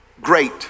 great